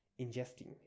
ingesting